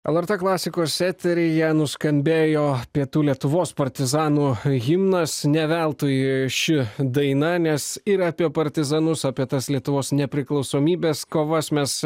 lrt klasikos eteryje nuskambėjo pietų lietuvos partizanų himnas ne veltui ši daina nes yra apie partizanus apie tas lietuvos nepriklausomybės kovas mes